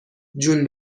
جون